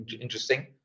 interesting